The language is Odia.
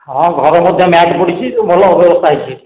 ହଁ ଘରେ ମଧ୍ୟ ମ୍ୟାଟ୍ ପଡ଼ିଛି ସବୁ ଭଲ ବ୍ୟବସ୍ତା ହେଇଛି